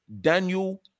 Daniel